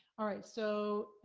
all right, so,